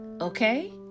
Okay